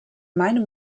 meinem